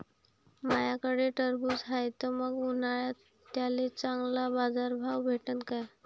माह्याकडं टरबूज हाये त मंग उन्हाळ्यात त्याले चांगला बाजार भाव भेटन का?